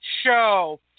show